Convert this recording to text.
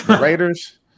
Raiders